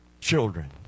children